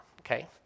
okay